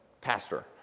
pastor